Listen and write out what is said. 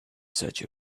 such